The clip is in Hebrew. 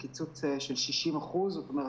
קיצוץ של 60%. זאת אומרת,